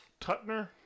Tutner